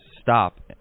stop